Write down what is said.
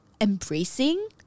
Embracing